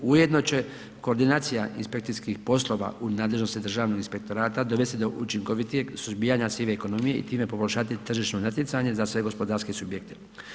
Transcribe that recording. Ujedno će koordinacija inspekcijskih poslova u nadležnosti Državnog inspektora dovesti do učinkovitijeg suzbijanja sive ekonomije i time poboljšati tržišno natjecanje za sve gospodarske subjekte.